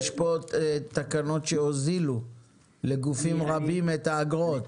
יש פה תקנות שהוזילו לגופים רבים את האגרות.